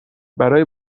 برای